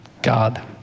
God